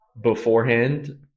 beforehand